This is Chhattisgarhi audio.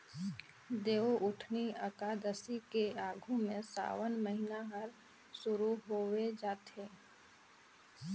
देवउठनी अकादसी के आघू में सावन महिना हर सुरु होवे जाथे